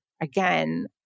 again